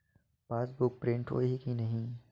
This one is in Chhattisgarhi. पासबुक प्रिंट होही कि नहीं?